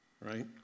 right